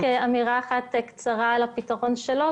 רוצה להגיד אמירה אחת קצרה על הפתרון שלו.